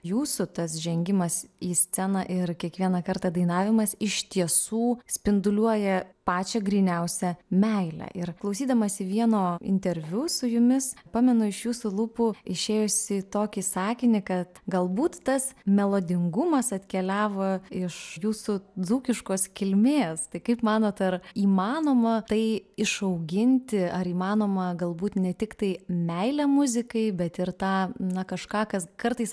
jūsų tas žengimas į sceną ir kiekvieną kartą dainavimas iš tiesų spinduliuoja pačią gryniausią meilę ir klausydamasi vieno interviu su jumis pamenu iš jūsų lūpų išėjusį tokį sakinį kad galbūt tas melodingumas atkeliavo iš jūsų dzūkiškos kilmės tai kaip manot ar įmanoma tai išauginti ar įmanoma galbūt ne tiktai meilę muzikai bet ir tą na kažką kas kartais